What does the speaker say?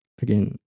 Again